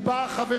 שחברים